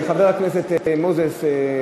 חבר הכנסת מאיר